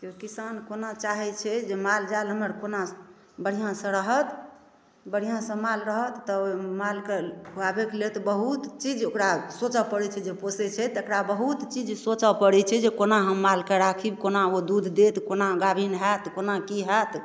किसान कोना चाहै छै जे माल जाल हमर कोना बढ़िआँसँ रहत बढ़िआँसँ माल रहत तऽ ओइ मालके खुआबैके लेल तऽ बहुत चीज ओकरा सोचऽ पड़ै छै जे पोसय छै तकरा बहुत चीज सोचऽ पड़ै छै जे कोना हम मालके राखि कोना ओ दूध देत कोना गाभिन होयत कोना की होयत